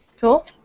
Cool